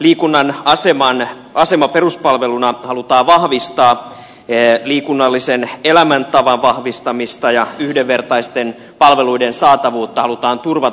liikunnan asemaa peruspalveluna halutaan vahvistaa liikunnallisen elämäntavan vahvistamista ja yhdenvertaisten palveluiden saatavuutta halutaan turvata